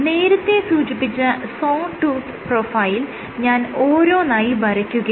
നേരത്തെ സൂചിപ്പിച്ച saw tooth profile ഞാൻ ഓരോന്നായി വരയ്ക്കുകയാണ്